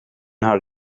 haar